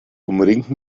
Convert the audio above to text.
umringten